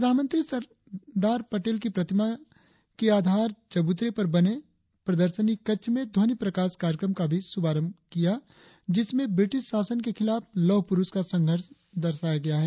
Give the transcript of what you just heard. प्रधानमंत्री सरकार पटेल की प्रतिमा के आधार चबूतरे पर बने प्रदर्शनी कक्ष में ध्वनि प्रकाश कार्यक्रम का भी शुभारंभ करेंगे जिसमें ब्रिटिश शासन के खिलाफ लौह पुरुष का संघर्ष दर्शाया जाएगा